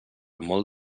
molt